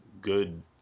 good